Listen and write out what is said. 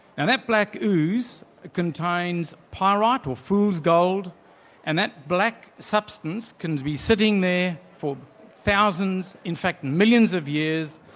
and that black ooze contains pyrite, or fool's gold and that black substance can be sitting there for thousands, in fact millions of years,